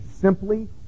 simply